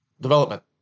development